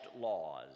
laws